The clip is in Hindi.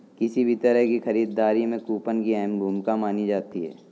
किसी भी तरह की खरीददारी में कूपन की अहम भूमिका मानी जाती है